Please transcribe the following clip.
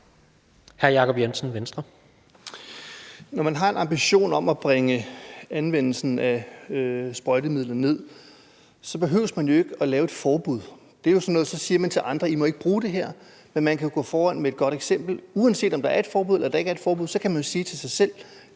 Når man har en ambition om at nedbringe anvendelsen af sprøjtemidler, behøver man jo ikke at lave et forbud, hvor man siger til andre: I må ikke bruge det her. Man kan jo gå foran med et godt eksempel. Uanset om der er et forbud eller ikke er et forbud, kan man sige til sig selv: